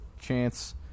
chance